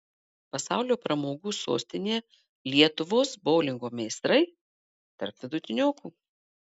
pasaulio pramogų sostinėje lietuvos boulingo meistrai tarp vidutiniokų